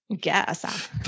guess